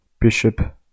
Bishop